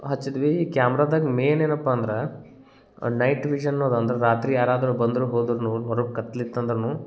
ಹಚ್ಚದ್ವೀ ಕ್ಯಾಮ್ರದಾಗ ಮೇಯ್ನ್ ಏನಪ್ಪ ಅಂದ್ರ ನೈಟ್ ವಿಝನ್ನೋರು ಅಂದ್ರ ರಾತ್ರಿ ಯಾರಾದರೂ ಬಂದರು ಹೋದರೂನು ಹೊರಗ ಕತ್ಲ ಇತ್ತಂದರೂನು